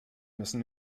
müssen